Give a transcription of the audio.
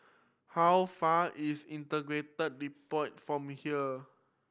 how far is Integrated Depot from here